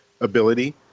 ability